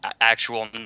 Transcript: actual